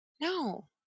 No